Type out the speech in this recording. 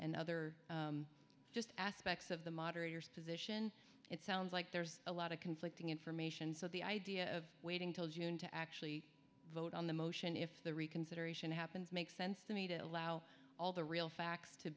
and other just aspects of the moderators position it sounds like there's a lot of conflicting information so the idea of waiting till june to actually vote on the motion if the reconsideration happens makes sense to me to allow all the real facts to